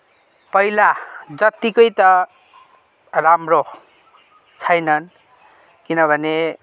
पहिला जतिकै त राम्रो छैनन् किनभने